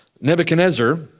Nebuchadnezzar